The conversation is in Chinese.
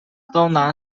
东南